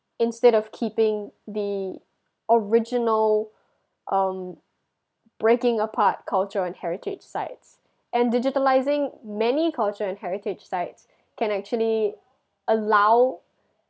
instead of keeping the original um breaking apart culture and heritage sites and digitalizing many culture and heritage sites can actually allow